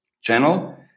channel